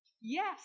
Yes